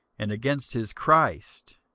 and against his christ.